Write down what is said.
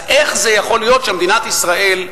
אז איך יכול להיות שמדינת ישראל,